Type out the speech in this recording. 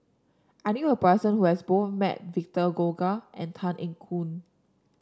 I knew a person who has both met Victor Doggett and Tan Eng Yoon